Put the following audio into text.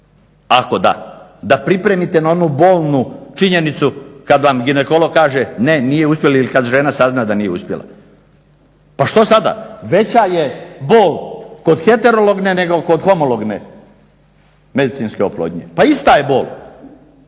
ako da. Da pripremite na onu bolnu činjenicu kad vam ginekolog kaže ne, nije uspjelo ili kad žena sazna da nije uspjela. Pa što sada? Veća je bol kod heterologne nego kod homologne medicinske oplodnje? Pa ista je bol